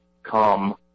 come